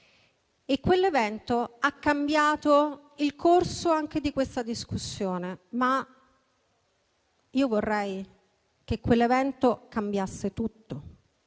Quell'evento ha cambiato il corso anche di questa discussione, ma vorrei che quell'evento cambiasse tutto,